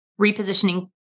repositioning